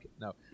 no